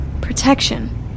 Protection